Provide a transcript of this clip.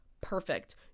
perfect